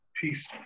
peace